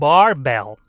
Barbell